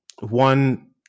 one